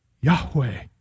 Yahweh